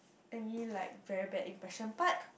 any like very bad impression but